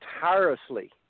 tirelessly